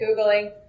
Googling